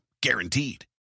guaranteed